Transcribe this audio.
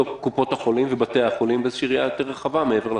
קופות החולים ובתי החולים באיזו ראייה יותר רחבה מעבר לקורונה.